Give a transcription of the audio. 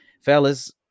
Fellas